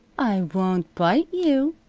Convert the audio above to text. i won't bite you,